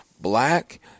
black